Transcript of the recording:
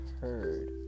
heard